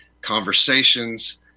conversations